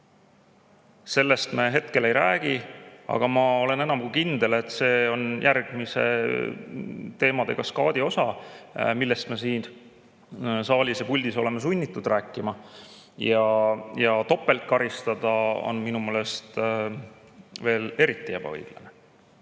Sellest me hetkel ei räägi, aga ma olen enam kui kindel, et see on järgmise teemade kaskaadi osa, millest me siin saalis ja puldis oleme sunnitud rääkima. Ja topelt karistada on minu meelest eriti ebaõiglane.